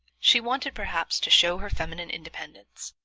she wanted, perhaps, to show her feminine independence,